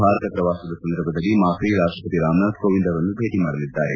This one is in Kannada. ಭಾರತ ಪ್ರವಾಸದ ಸಂದರ್ಭದಲ್ಲಿ ಮಾಕ್ರಿ ರಾಷ್ಸಪತಿ ರಾಮನಾಥ್ ಕೋವಿಂದ್ ಅವರನ್ನು ಭೇಟ ಮಾಡಲಿದ್ದಾರೆ